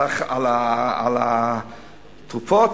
לתרופות,